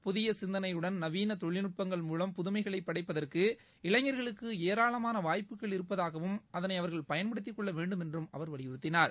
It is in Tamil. புதிய சிந்தனையுடன் நவீன தொழில்நுட்பங்கள் மூலம் புதுமைகளை படைப்பதற்கு இளைஞர்களுக்கு ஏராளமான வாய்ப்புகள் இருப்பதாகவும் அதளை அவர்கள் பயன்படுத்திக் கொள்ள வேண்டுமென்றும் அவர் வலியுறுத்தினார்